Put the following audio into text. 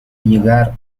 llegar